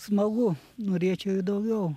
smagu norėčiau ir daugiau